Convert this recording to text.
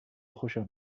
خوشم